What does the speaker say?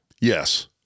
Yes